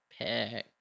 pick